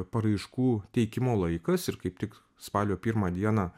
paraiškų teikimo laikas ir kaip tik spalio pirmą dieną